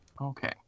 Okay